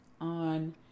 on